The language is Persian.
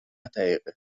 دقیقه